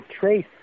trace